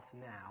now